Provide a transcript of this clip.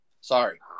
Sorry